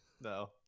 No